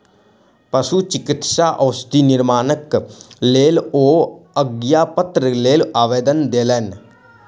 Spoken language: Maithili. पशुचिकित्सा औषधि निर्माणक लेल ओ आज्ञापत्रक लेल आवेदन देलैन